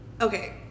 Okay